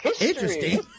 interesting